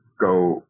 go